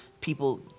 People